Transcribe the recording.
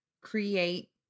create